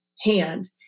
hand